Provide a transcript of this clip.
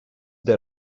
dead